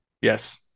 Yes